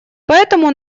поэтому